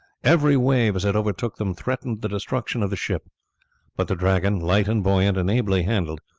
every wave as it overtook them threatened the destruction of the ship but the dragon, light and buoyant, and ably handled,